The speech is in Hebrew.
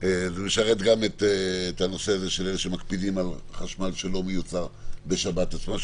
זה משרת גם את הנושא הזה של אלה שמקפידים על חשמל שלא מיוצר בשבת עצמה,